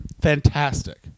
Fantastic